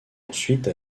ensuite